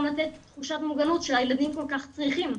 ליצור תחושת מוגנות שהילדים כל כך צריכים.